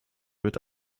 wird